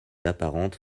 apparente